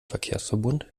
verkehrsverbund